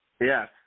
Yes